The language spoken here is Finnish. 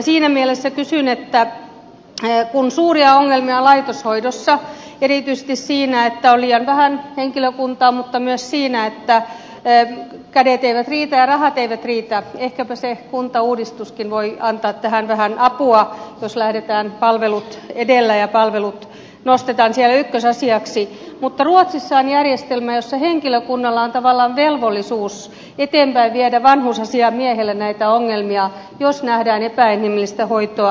siinä mielessä kysyn että kun suuria ongelmia on laitoshoidossa erityisesti siinä että on liian vähän henkilökuntaa mutta myös siinä että kädet eivät riitä ja rahat eivät riitä ehkäpä se kuntauudistuskin voi antaa tähän vähän apua jos lähdetään palvelut edellä ja palvelut nostetaan siellä ykkösasiaksi mutta ruotsissa on järjestelmä jossa henkilökunnalla on tavallaan velvollisuus eteenpäin viedä vanhusasiamiehelle näitä ongelmia jos nähdään epäinhimillistä hoitoa